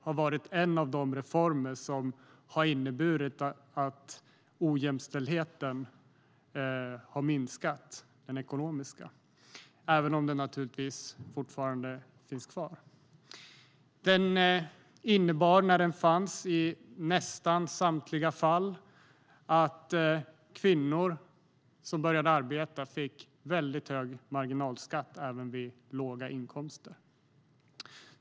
Det var en av de reformer som har inneburit att den ekonomiska ojämställdheten har minskat, även om den naturligtvis fortfarande finns kvar. Den innebar i nästan samtliga fall att kvinnor som började arbeta fick väldigt hög marginalskatt även vid låga inkomster.